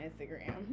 Instagram